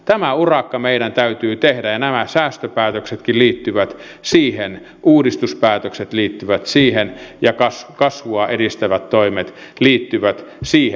tämä urakka meidän täytyy tehdä ja nämä säästöpäätöksetkin liittyvät siihen uudistuspäätökset liittyvät siihen ja kasvua edistävät toimet liittyvät siihen